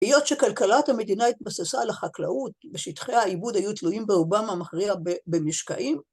היות שכלכלת המדינה התבססה על החקלאות ושטחי העיבוד היו תלויים ברובם המכריע במשקעים